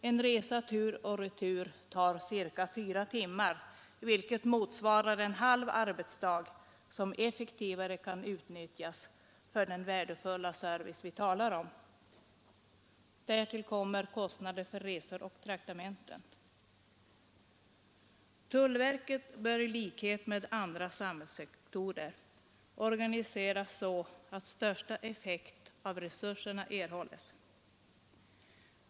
En resa tur och retur tar ca 4 timmar, vilket motsvarar en halv arbetsdag, som kan utnyttjas effektivare för den värdefulla service vi talar om. Därtill kommer kostnader för resor och traktamenten. Tullverket bör, i likhet med andra samhällssektorer, organiseras så att största effekt av resurserna erhålls.